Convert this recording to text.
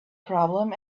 problem